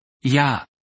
Ja